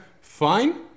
fine